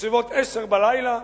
בסביבות 22:00,